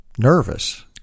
nervous